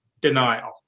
denial